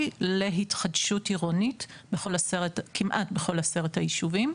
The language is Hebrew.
להתחדשות עירונית כמעט בכל עשרת היישובים.